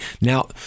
Now